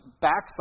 backside